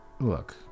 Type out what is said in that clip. Look